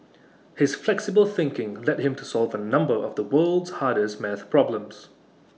his flexible thinking led him to solve A number of the world's hardest maths problems